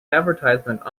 advertisement